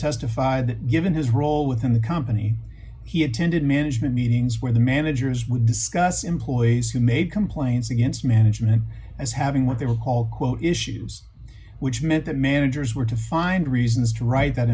testified that given his role within the company he attended management meetings where the managers would discuss employees who made complaints against management as having what they were called quote issues which meant that managers were to find reasons to write that